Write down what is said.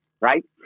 Right